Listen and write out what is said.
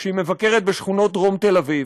כשהיא מבקרת בשכונות דרום תל-אביב,